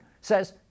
says